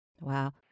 Wow